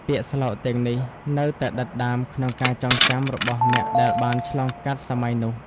ពាក្យស្លោកទាំងនេះនៅតែដិតដាមក្នុងការចងចាំរបស់អ្នកដែលបានឆ្លងកាត់សម័យនោះ។